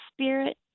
spirit